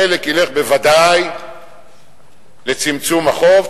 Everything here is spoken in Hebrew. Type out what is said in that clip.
חלק ילך בוודאי לצמצום החוב,